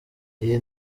iyi